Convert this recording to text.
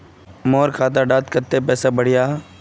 मोर खाता डात कत्ते पैसा बढ़ियाहा?